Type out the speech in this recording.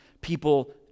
people